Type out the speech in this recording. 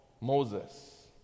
Moses